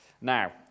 Now